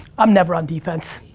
i'm never on defense.